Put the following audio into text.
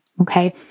okay